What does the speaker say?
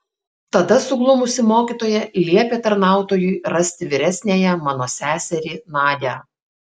tada suglumusi mokytoja liepė tarnautojui rasti vyresniąją mano seserį nadią